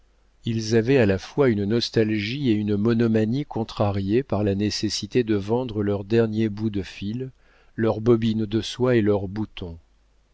ils avaient à la fois une nostalgie et une monomanie contrariées par la nécessité de vendre leurs derniers bouts de fil leurs bobines de soie et leurs boutons